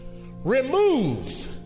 remove